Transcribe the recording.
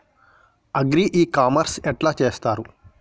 Agri e commerce ఎట్ల చేస్తరు?